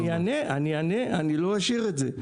אני אענה אני לא אשאיר את זה.